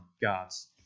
God's